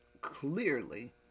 clearly